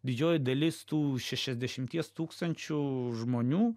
didžioji dalis tų šešiasdešimties tūkstančių žmonių